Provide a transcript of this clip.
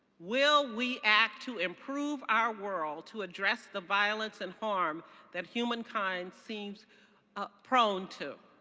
will we act to improve our world to address the violence and harm that humankind seems ah prone to?